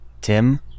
Tim